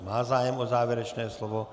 Má zájem o závěrečné slovo.